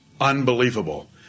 Unbelievable